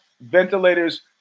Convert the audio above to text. ventilators